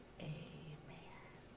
amen